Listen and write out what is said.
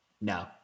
No